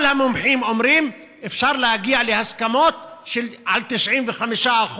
כל המומחים אומרים שאפשר להגיע להסכמות על 95%,